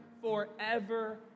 forever